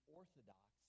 orthodox